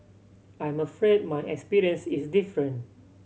I'm afraid my experience is different